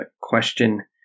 question